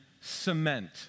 cement